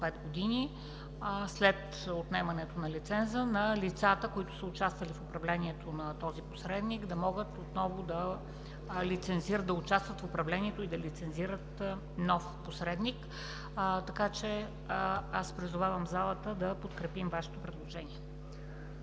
пет години след отнемането на лиценза на лицата, които са участвали в управлението на този посредник, да могат отново да участват в управлението и да лицензират нов посредник. Така че аз призовавам залата да подкрепим Вашето предложение.